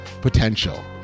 Potential